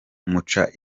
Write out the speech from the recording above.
muca